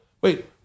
wait